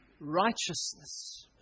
Righteousness